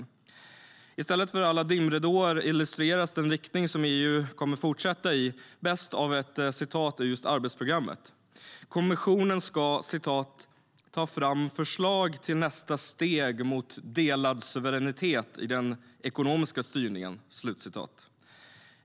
I stället för alla dimridåer illustreras den riktning som EU kommer fortsätta i bäst av ett citat ur just arbetsprogrammet: kommissionen ska "ta fram förslag till nästa steg mot delad suveränitet i den ekonomiska styrningen".